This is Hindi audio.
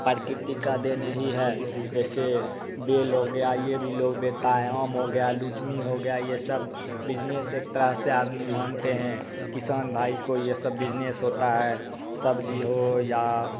प्रकृति का देन यही है जैसे बेल हो गया ये भी लोग बेता है आम हो गया लुचमी हो गया ये सब बिजनेस एक तरह से आदमी मानते हैं किसान भाई कोई ये सब बिजनेस होता है सब्जी हो या